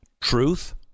truth